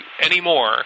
anymore